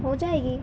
ہو جائے گی